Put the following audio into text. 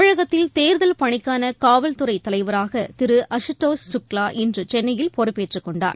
தமிழகத்தில் தேர்தல் பணிக்கானகாவல்துறைதலைவராகதிருஅசுதோஷ் சுக்லா இன்றுசென்னையில் பொறுப்பேற்றுக் கொண்டார்